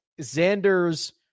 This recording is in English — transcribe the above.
Xander's